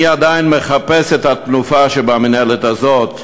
אני עדיין מחפש את התנופה שבמינהלת הזאת,